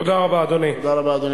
תודה רבה, אדוני.